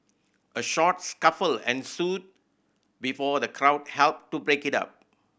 a short scuffle ensued before the crowd helped to break it up